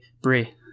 Brie